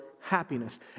happiness